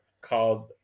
called